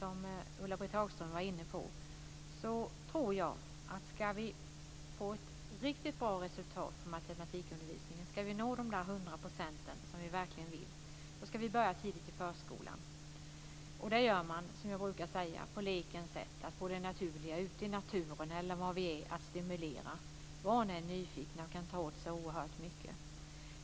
Om vi ska få ett riktigt bra resultat på matematikundervisningen och nå de 100 % som vi verkligen vill tror jag att vi ska börja tidigt i förskolan. Det gör man, som jag brukar säga, i leken, ute i naturen eller var man nu är. Det handlar om att stimulera. Barn är nyfikna och kan ta åt sig oerhört mycket.